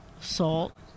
salt